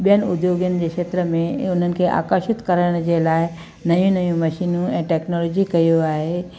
ॿियनि उद्योगनि खे खेत्र में उन्हनि खे आकर्षित करण जे लाइ नयूं नयूं मशीनियूं ऐं टैक्नोलॉजी कयो आहे